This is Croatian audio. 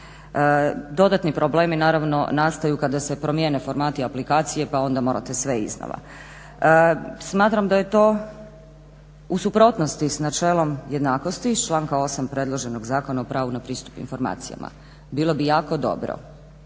Dodatni problemi naravno nastaju kada se promijene formati aplikacije pa onda morate sve iznova. Smatram da je to u suprotnosti s načelom jednakosti iz članka 8. predloženog Zakona o pravu na pristup informacijama. Bilo bi jako dobro,